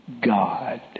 God